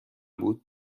بود